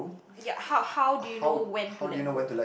ya how how do you know when to let go